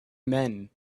men